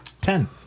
Ten